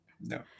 no